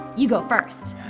you go first.